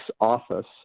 office